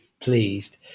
pleased